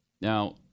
Now